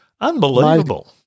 unbelievable